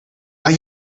are